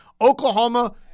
Oklahoma